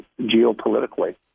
geopolitically